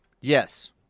Yes